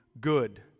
good